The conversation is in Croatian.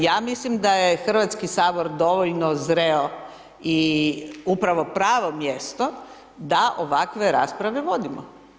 Ja mislim da je Hrvatski sabor dovoljno zreo i upravo pravo mjesto da ovakve rasprave vodimo.